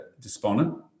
despondent